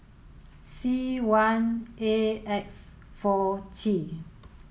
C one A X four T